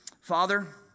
Father